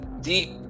deep